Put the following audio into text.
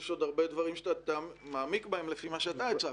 יש עוד הרבה דברים שאתה מעמיק בהם לפי מה שאתה הצגת.